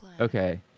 Okay